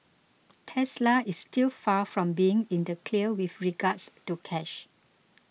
Tesla is still far from being in the clear with regards to cash